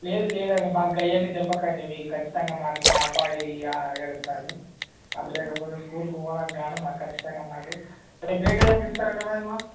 లేదు లేదండి మాకు అవన్నీ చెప్పకండి మీకు ఖచ్చితంగా మాకు మా అబ్బాయి ఏడుస్తున్నాడు మాకు లేకపోతే స్కూల్కి పోనంటున్నాడు మాకు ఖచ్చితంగా మాకు రేపు ఏ టైంకి ఇస్తారండి మరి మాకు